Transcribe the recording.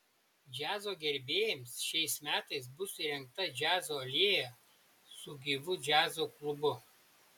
džiazo gerbėjams šiais metais bus įrengta džiazo alėja su gyvu džiazo klubu